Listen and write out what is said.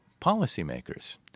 policymakers